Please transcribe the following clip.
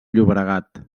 llobregat